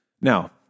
Now